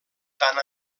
tant